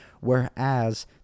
Whereas